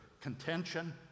contention